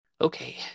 okay